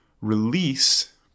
release